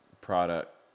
product